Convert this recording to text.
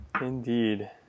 indeed